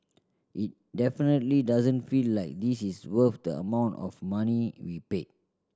it definitely doesn't feel like this is worth the amount of money we paid